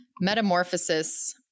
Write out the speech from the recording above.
metamorphosis